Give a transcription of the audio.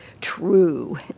true